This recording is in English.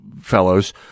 fellows